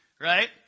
right